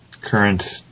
current